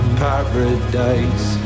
paradise